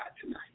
tonight